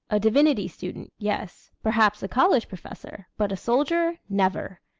a divinity student, yes perhaps a college professor but a soldier, never!